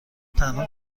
تنها